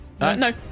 No